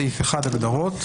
סעיף 1, הגדרות.